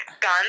gun